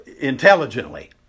intelligently